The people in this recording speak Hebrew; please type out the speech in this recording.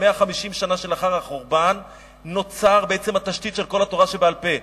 ב-150 השנה שלאחר החורבן נוצרה בעצם התשתית של כל התורה שבעל-פה,